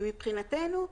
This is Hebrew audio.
ומבחינתנו,